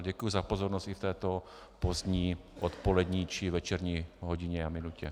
Děkuji za pozornost i v této pozdní odpolední či večerní hodině a minutě.